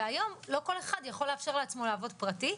והיום לא כל אחד יכול לאפשר לעצמו לעבוד פרטי,